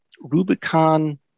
Rubicon